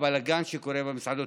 הבלגן שקורה בתחום המסעדות,